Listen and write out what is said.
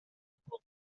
tempo